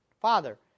father